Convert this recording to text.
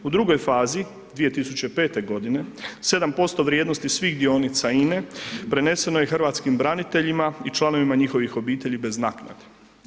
U drugoj fazi, 2005.g., 7% vrijednosti svih dionica INA-e preneseno je hrvatskim braniteljima i članovima njihove obitelji bez naknade.